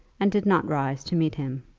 and did not rise to meet him.